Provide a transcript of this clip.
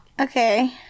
Okay